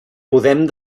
podem